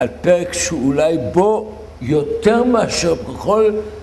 הפרק שאולי בו יותר מאשר בכל